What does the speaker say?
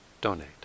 donate